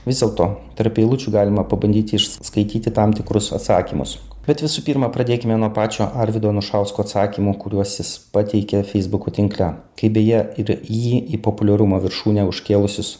vis dėlto tarp eilučių galima pabandyti išskaityti tam tikrus atsakymus bet visų pirma pradėkime nuo pačio arvydo anušausko atsakymų kuriuos jis pateikė feisbuko tinkle kaip beje ir jį į populiarumo viršūnę užkėlusius